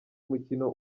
umukino